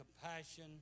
compassion